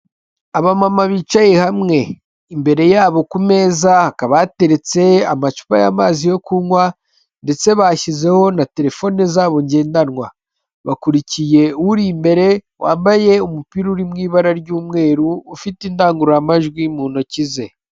Abamama bicaye hamwe, imbere yabo kumeza hakaba hateretse amacupa y'amazi yo kunywa ndetse bashyizeho na terefone zabo ngendanwa, bakurikiye uri imbere wambaye umupira uri mu ibara ry'umweru ufite indangururamajwi mu ntoki ze.